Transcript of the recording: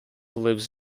lives